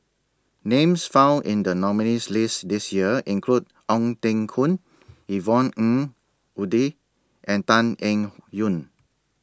Names found in The nominees' list This Year include Ong Teng Koon Yvonne Ng Uhde and Tan Eng Yoon